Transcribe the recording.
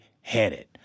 headed